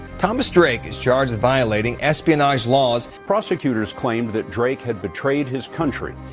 thomas drake is charged with violating espionage laws. prosecutors claimed that drake had betrayed his country.